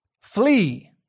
flee